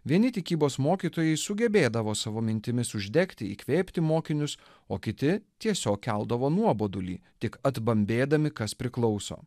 vieni tikybos mokytojai sugebėdavo savo mintimis uždegti įkvėpti mokinius o kiti tiesiog keldavo nuobodulį tik bambėdami kas priklauso